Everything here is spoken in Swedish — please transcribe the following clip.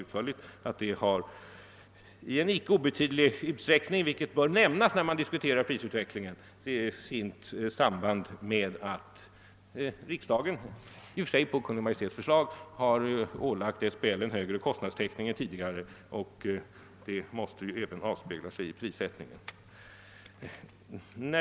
Höjningarna har i icke obetydlig utsträckning, vilket bör nämnas när man diskuterar prisutvecklingen, ett samband med att riksdagen på Kungl. Maj:ts förslag ålagt SBL en högre kostnadstäckning än tidigare, vilket också måste avspegla sig i prissättningen.